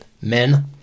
Men